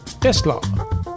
Tesla